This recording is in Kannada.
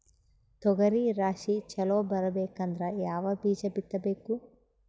ತೊಗರಿ ರಾಶಿ ಚಲೋ ಬರಬೇಕಂದ್ರ ಯಾವ ಬೀಜ ಬಿತ್ತಬೇಕು?